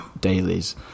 dailies